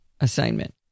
assignment